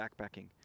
backpacking